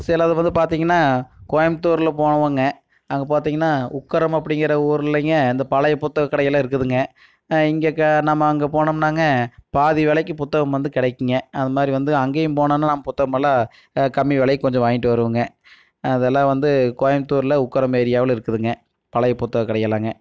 சிலது வந்து பார்த்தீங்கன்னா கோயம்புத்தூரில் போவோங்க அங்கே பார்த்தீங்கன்னா உக்கரம் அப்படிங்கற ஊர்லேங்க இந்த பழைய புத்தக கடையலாம் இருக்குதுங்க இங்கே நம்ம அங்கே போனோம்னாங்க பாதி விலைக்கு புத்தகம் வந்து கிடைக்குங்க அதை மாதிரி வந்து அங்கேயும் போனாம்னா நான் புத்தகமெல்லாம் கம்மி விலைக் கொஞ்சம் வாங்கிட்டு வருவோங்க அதலாம் வந்து கோயம்புத்தூரில் உக்கரம் ஏரியாவில் இருக்குதுங்க பழைய புத்தக கடைங்களாங்க